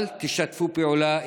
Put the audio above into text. אל תשתפו איתו פעולה,